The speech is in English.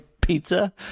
pizza